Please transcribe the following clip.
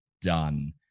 done